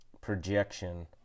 projection